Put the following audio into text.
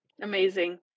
Amazing